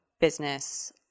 business